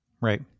Right